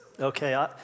Okay